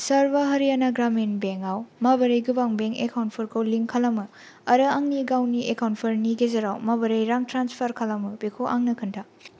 सरवा हारियाना ग्रामिन बेंकआव माबोरै गोबां बेंक एकाउन्टफोरखौ लिंक खालामो आरो आंनि गावनि एकाउन्टफोरनि गेजेराव माबोरै रां ट्रेन्सफार खालामो बेखौ आंनो खोन्था